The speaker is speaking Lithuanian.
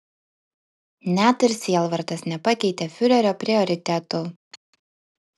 net ir sielvartas nepakeitė fiurerio prioritetų